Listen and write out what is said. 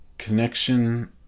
connection